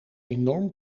enorm